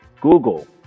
Google